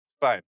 fine